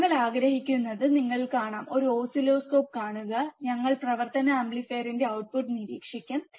ഞങ്ങൾ ആഗ്രഹിക്കുന്നത് നിങ്ങൾക്ക് കാണാം ഒരു ഓസിലോസ്കോപ്പ് കാണുക ഞങ്ങൾ പ്രവർത്തന ആംപ്ലിഫയറിന്റെ ഔട്ട്പുട്ട് നിരീക്ഷിക്കും